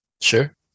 sure